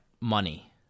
Money